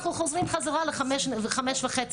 אנחנו חוזרים חזרה לחמש וחצי,